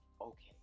okay